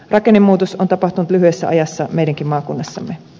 rakennemuutos on tapahtunut lyhyessä ajassa meidänkin maakunnassamme